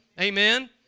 Amen